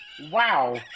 Wow